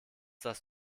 das